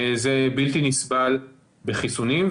זה בלתי נסבל בחיסונים.